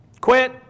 Quit